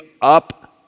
up